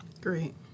Great